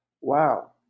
wow